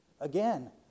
again